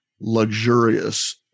luxurious